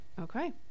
Okay